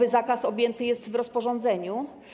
Ów zakaz ujęty jest w rozporządzeniu.